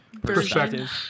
perspective